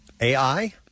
AI